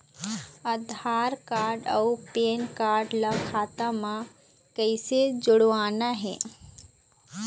आधार card अऊ PAN card ला खाता म कइसे जोड़वाना हे?